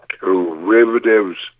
derivatives